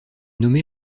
nommée